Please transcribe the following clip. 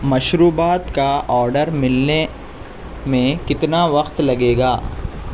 مشروبات کا آڈر ملنے میں کتنا وقت لگے گا